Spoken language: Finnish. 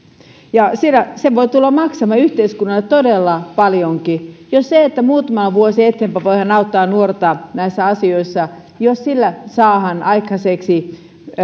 se voi tulla maksamaan yhteiskunnalle todella paljonkin jos jo sillä että muutama vuosi eteenpäin voidaan auttaa nuorta näissä asioissa saadaan aikaiseksi